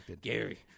Gary